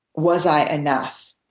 was i enough?